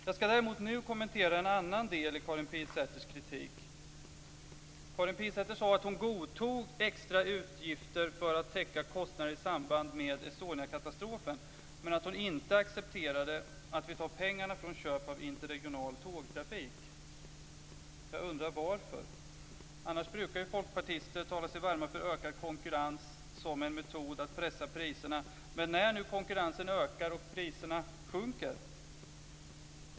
Jag skall däremot nu kommentera en annan del i Karin Pilsäter sade att hon godtog extra utgifter för att täcka kostnader i samband med Estoniakatastrofen men att hon inte accepterade att vi tar pengarna från anslaget som gäller köp av interregional tågtrafik. Jag undrar varför? Annars brukar folkpartister tala sig varma för ökad konkurrens som en metod att pressa priserna. Nu ökar konkurrensen och priserna sjunker.